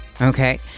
Okay